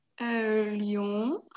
Lyon